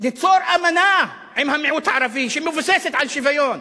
ליצור אמנה עם המיעוט הערבי, שמבוססת על שוויון,